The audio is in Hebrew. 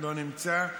לא נמצא,